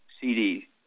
CD